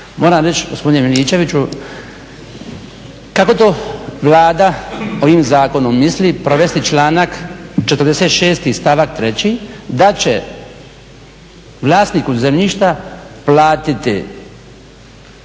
moram reći gospodine Miličeviću kako to Vlada ovim zakonom misli provesti članak 46.stavak 3.da će vlasniku zemljišta platiti